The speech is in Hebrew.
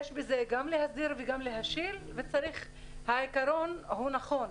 יש בזה גם להסביר וגם להשיל - העיקרון הוא נכון.